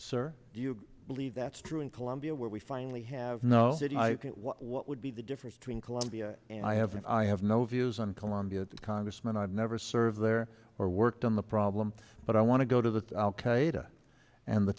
do you believe that's true in colombia where we finally have no idea what would be the difference between colombia and i have i have no views on colombia congressman i've never served there or worked on the problem but i want to go to the al qaeda and the